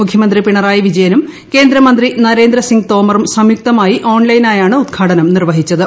മുഖ്യമന്ത്രി പിണറായി വിജയനും കേന്ദ്രമന്ത്രി നരേന്ദ്ര സിങ് തോമറും സംയുക്തമായി ഓണലൈനായാണ് ഉൽഘാടനം നിർവഹിച്ചത്